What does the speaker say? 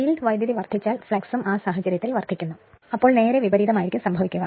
field വൈദ്യുതി വർദ്ധിച്ചാൽ ഫ്ലക്സും ആ സാഹചര്യത്തിൽ വർദ്ധിക്കുന്നു ആ സാഹചര്യത്തിൽ നേരെ വിപരീതം സംഭവിക്കും